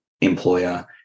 employer